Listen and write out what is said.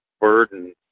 burden